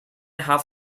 half